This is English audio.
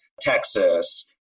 Texas